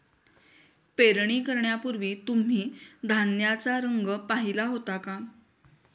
पेरणी करण्यापूर्वी तुम्ही धान्याचा रंग पाहीला होता का?